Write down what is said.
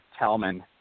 Talman